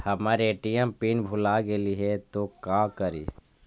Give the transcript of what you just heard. हमर ATM PIN भूला गेली हे, तो का करि?